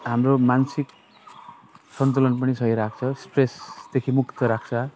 हाम्रो मानसिक सन्तुलन पनि सही राख्छ स्ट्रेसदेखि मुक्त राख्छ